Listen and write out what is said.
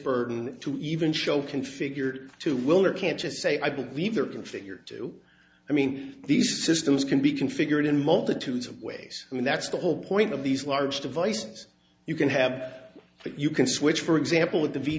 burden to even show configured to will or can't just say i believe there can figure two i mean these systems can be configured in multitude of ways i mean that's the whole point of these large devices you can have but you can switch for example with the v